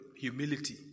humility